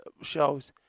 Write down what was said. shows